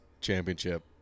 championship